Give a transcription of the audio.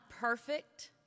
perfect